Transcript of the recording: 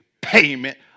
payment